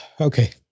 okay